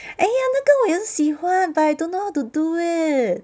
!aiya! 那个我也很喜欢 but I don't know how to do it